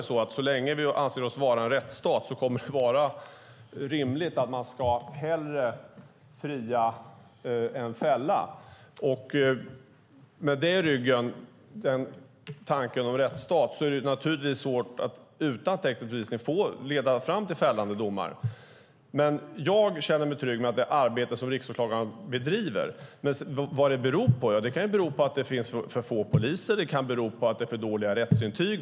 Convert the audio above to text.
Så länge vi anser oss vara en rättsstat kommer det att vara rimligt att hellre fria än fälla. Med tanken om rättsstat i ryggen är det naturligtvis svårt att utan teknisk bevisning få det att leda fram till fällande domar. Jag känner mig trygg med det arbete som Riksåklagaren bedriver. Vad beror den låga uppklarningsprocenten på? Ja, det kan bero på att det finns för få poliser. Det kan bero på att det är för dåliga rättsintyg.